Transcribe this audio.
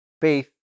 faith